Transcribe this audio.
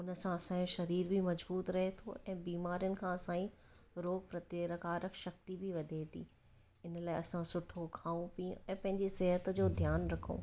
उन सां असंजो शरीर बि मजबूत रहे थो अने बीमारिन खां असांई रोक प्रतिकारक शक्ति बि वधे थी इन लाइ असां सुठो खाऊं पीऊं ऐं पंहिंजो सिहतु जो ध्यानु रखूं